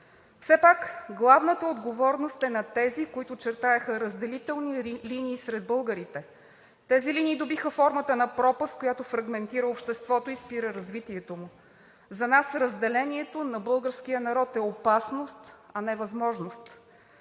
Все пак главната отговорност е на тези, които чертаеха разделителни линии сред българите. Тези линии добиха формата на пропаст, която фрагментира обществото и спира развитието му. За нас разделението на българския народ е опасност, а не възможност.